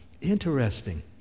interesting